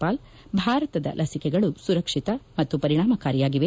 ಪಾಲ್ ಭಾರತದ ಲಸಿಕೆಗಳು ಸುರಕ್ಷಿತ ಮತ್ತು ಪರಿಣಾಮಕಾರಿಯಾಗಿವೆ